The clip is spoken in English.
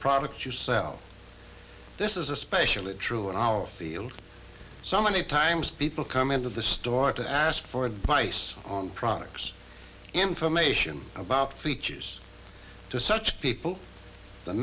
products yourself this is especially true in our field so many times people come into the store to ask for advice on products information about features to such people the